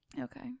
Okay